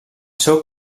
seu